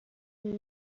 have